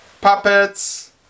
puppets